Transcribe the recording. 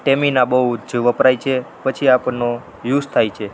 stamina બહુ જ વપરાય છે પછી આપણનો યુસ થાય છે